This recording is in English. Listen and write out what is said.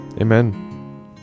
Amen